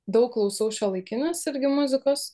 daug klausau šiuolaikinės irgi muzikos